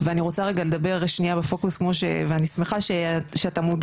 ואני רוצה רגע לדבר שניה בפוקוס ואני שמה שאתה מודע